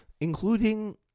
including